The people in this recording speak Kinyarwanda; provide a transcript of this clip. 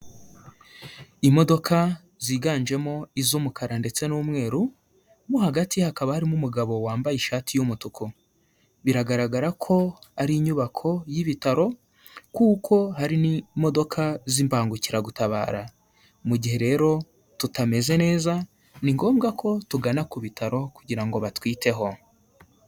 Imodoka ziganjemo iz'umukara ndetse n'umweru, mo hagati hakaba harimo umugabo wambaye ishati y'umutuku. Biragaragara ko ari inyubako y'ibitaro kuko hari n'imodoka z'imbangukiragutabara, mu gihe rero tutameze neza ni ngombwa ko tugana ku bitaro kugira ngo batwiteho.